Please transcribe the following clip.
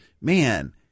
man